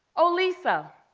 oh, lisa,